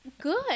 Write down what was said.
good